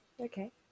okay